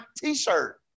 T-shirt